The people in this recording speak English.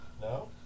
No